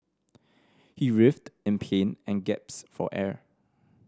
he writhed in pain and for air